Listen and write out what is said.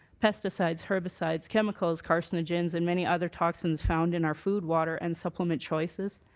pesticides, herbicides, chemicals, carcinogens and many other toxins found in our food, water, and supplement choices.